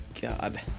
God